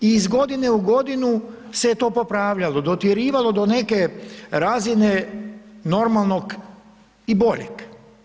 I iz godine u godinu se je to popravljalo, dotjerivalo do neke razine normalnog i bolje.